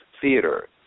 Theater